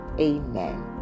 Amen